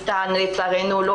לצערנו.